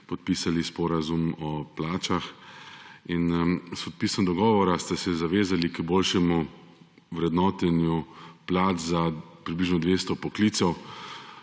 podpisali sporazum o plačah in s podpisom dogovora ste se zavezali k boljšemu vrednotenju plač za približno 200 poklicev